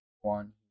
one